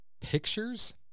pictures